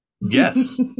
Yes